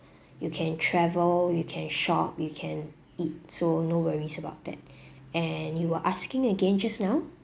you can travel you can shop you can eat so no worries about that and you were asking again just now